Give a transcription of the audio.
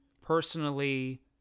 personally